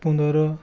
পোন্ধৰ